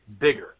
bigger